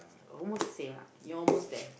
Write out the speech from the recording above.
almost the same you almost there